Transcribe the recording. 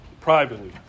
Privately